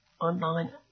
online